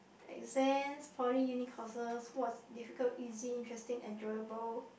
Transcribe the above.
exams poly uni courses what difficult easy interesting enjoyable